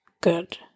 good